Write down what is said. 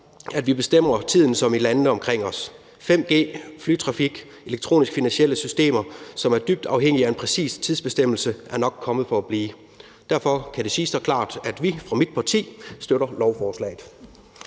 at vi bestemmer tiden som i landene omkring os. 5G, flytrafik, elektroniske finansielle systemer, som er dybt afhængige af en præcis tidsbestemmelse, er nok kommet for blive. Derfor kan det siges klart, at vi fra mit partis side støtter lovforslaget.